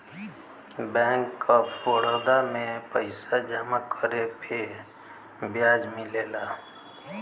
bank of Baroda में पइसा जमा करे पे ब्याज मिलला